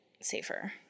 safer